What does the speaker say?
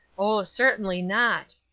oh, certainly not.